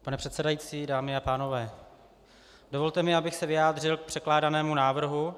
Pane předsedající, dámy a pánové, dovolte mi, abych se vyjádřil k předkládanému návrhu.